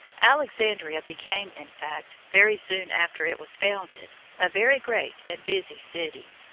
alexandria became, in fact, very soon after it was founded, a very great and busy city.